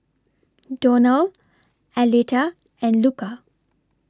Donal Aleta and Luca